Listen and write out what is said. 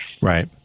Right